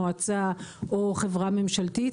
מועצה או חברה ממשלתית,